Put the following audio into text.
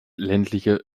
ländliche